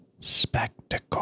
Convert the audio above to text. spectacle